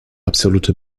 absolute